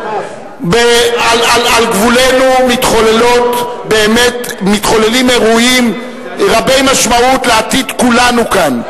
על גבולנו מתחוללים אירועים רבי משמעות לעתיד כולנו כאן,